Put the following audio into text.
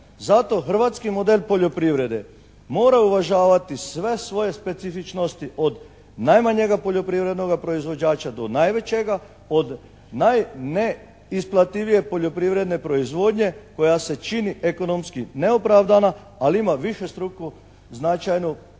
Zato hrvatski model poljoprivrede mora uvažavati sve svoje specifičnosti od najmanjega poljoprivrednoga proizvođača do najvećega, od najneisplativije poljoprivredne proizvodnje koja se čini ekonomski neopravdana ali ima višestruku značajnu ulogu